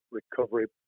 recovery